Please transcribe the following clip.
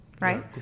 right